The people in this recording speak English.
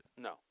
No